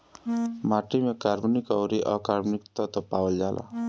माटी में कार्बनिक अउरी अकार्बनिक तत्व पावल जाला